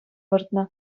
выртнӑ